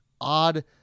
odd